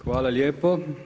Hvala lijepo.